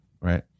Right